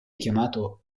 chiamato